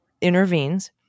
intervenes